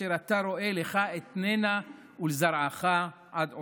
אשר אתה ראה לך אתננה ולזרעך עד עולם".